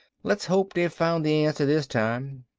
let's hope they've found the answer this time.